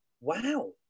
wow